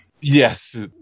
yes